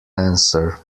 answer